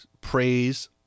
praise